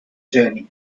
journey